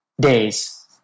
days